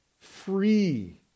free